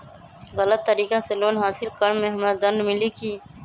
गलत तरीका से लोन हासिल कर्म मे हमरा दंड मिली कि?